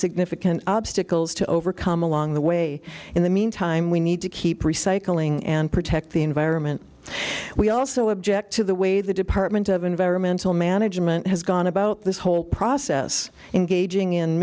significant obstacles to overcome along the way in the meantime we need to keep recycling and protect the environment we also object to the way the department of environmental management has gone about this whole process engaging in